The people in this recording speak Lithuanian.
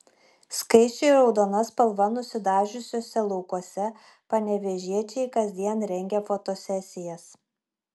skaisčiai raudona spalva nusidažiusiuose laukuose panevėžiečiai kasdien rengia fotosesijas